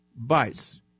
bites